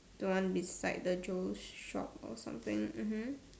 the one beside the Joe's shop or something mmhmm